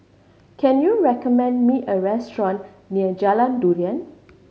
can you recommend me a restaurant near Jalan Durian